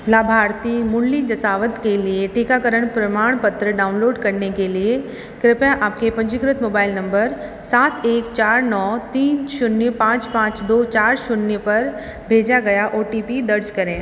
लाभार्थी मुरली जसावत के लिए टीकाकरण प्रमाणपत्र डाउनलोड करने के लिए कृपया आपके पंजीकृत मोबाइल नंबर सात एक चार नौ तीन शून्य पाँच पाँच दो चार शून्य पर भेजा गया ओ टी पी दर्ज करें